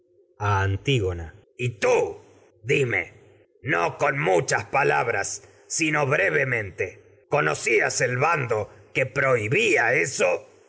y tú con muchas palabras sino conocías el bando que prohibía eso